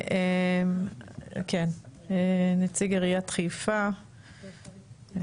נציג עיריית חיפה,